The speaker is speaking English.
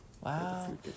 Wow